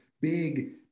big